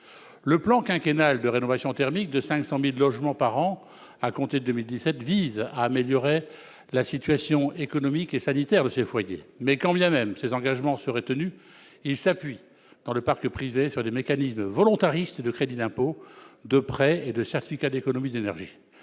Le plan quinquennal de rénovation thermique de 500 000 logements par an à compter de 2017 vise à améliorer la situation économique et sanitaire de ces foyers. Mais quand bien même ces engagements seraient tenus, ils s'appuient, pour le parc privé, sur des mécanismes volontaristes de crédits d'impôt, de prêts et de certificats d'économies d'énergie.